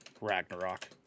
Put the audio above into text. Ragnarok